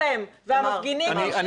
מצדכם והמפגינים ימשיכו המפגינים לא ייעלמו,